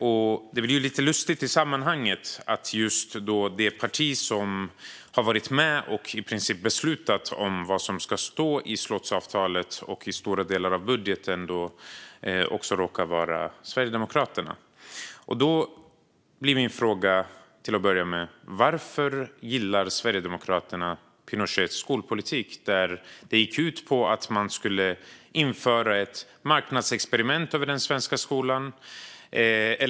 Det är i sammanhanget lite lustigt att det råkar vara just Sverigedemokraterna som har varit med och i princip beslutat vad som ska stå i slottsavtalet och i stora delar av budgeten. Min fråga blir till att börja med: Varför gillar Sverigedemokraterna Pinochets skolpolitik? Den gick ut på att man skulle göra ett marknadsexperiment av den chilenska skolan.